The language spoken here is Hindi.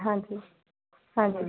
हाँ जी हाँ जी